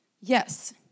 yes